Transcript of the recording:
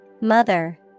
Mother